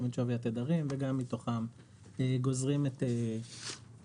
את שווי התדרים וגם מתוכם גוזרים את ערך